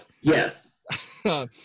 Yes